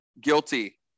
guilty